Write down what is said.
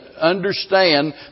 understand